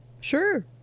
Sure